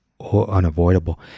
unavoidable